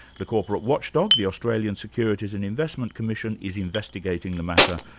the corporate watchdog, the australian securities and investment commission, is investigating the matter,